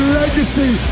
legacy